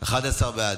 מס' 2),